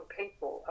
people